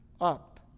up